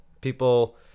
People –